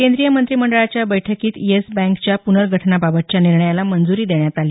केंद्रीय मंत्रीमंडळाच्या बैठकीत येस बँकेच्या प्नर्गठनाबाबतच्या निर्णयाला मंजुरी देण्यात आली